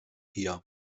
hier